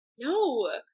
No